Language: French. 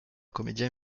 comédien